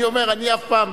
ואני אומר: אני אף פעם